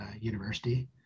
university